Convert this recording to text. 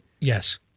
Yes